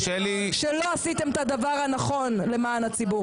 שלא עשיתם את הדבר הנכון למען הציבור.